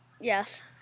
Yes